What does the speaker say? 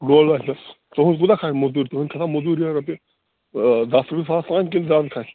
لچھس تُہنٛد کوٗتاہ کھسہِ موٚزوٗرۍ تُہنٛد کھسن موٚزوٗرۍ یِہَے رۄپیہِ دَہ تِٕرٛساس تانۍ کِنۍ زیادٕ کَھسہِ